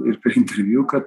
ir per interviu kad